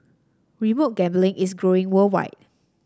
remote gambling is growing worldwide